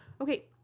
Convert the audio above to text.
Okay